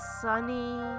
sunny